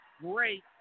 great